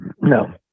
No